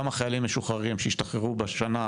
כמה חיילים משוחררים שהשתחררו בשנה,